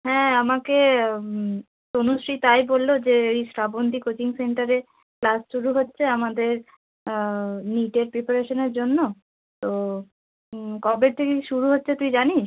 হ্যাঁ আমাকে তনুশ্রী তাই বলল যে এই শ্রাবন্তী কোচিং সেন্টারে ক্লাস শুরু হচ্ছে আমাদের নিটের প্রিপারেশনের জন্য তো কবে থেকে শুরু হচ্ছে তুই জানিস